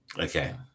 Okay